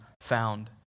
found